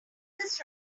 his